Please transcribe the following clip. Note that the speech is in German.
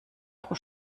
pro